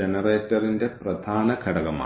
ജനറേറ്ററിന്റെ പ്രധാന ഘടകമാണ്